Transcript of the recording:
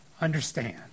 understand